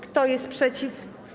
Kto jest przeciw?